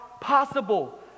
possible